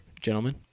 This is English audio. gentlemen